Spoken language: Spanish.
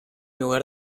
lugar